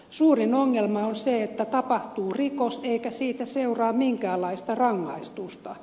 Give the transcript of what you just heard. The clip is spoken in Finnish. suurin ongelma on se että tapahtuu rikos eikä siitä seuraa minkäänlaista rangaistusta